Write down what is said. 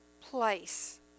place